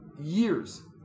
years